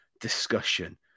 Discussion